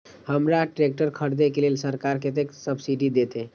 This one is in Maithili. हमरा ट्रैक्टर खरदे के लेल सरकार कतेक सब्सीडी देते?